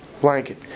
blanket